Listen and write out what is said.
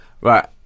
right